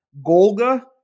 Golga